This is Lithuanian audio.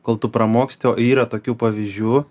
kol tu pramoksti o yra tokių pavyzdžių